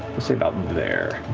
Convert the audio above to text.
we'll say about there